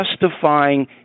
justifying